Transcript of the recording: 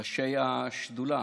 ראשי השדולה